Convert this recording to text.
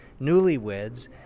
Newlyweds